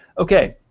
ok,